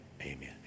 Amen